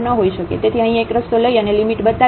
તેથી અહીં એક રસ્તો લઈ અને લિમિટ બતાવીને